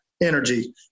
energy